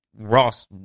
Ross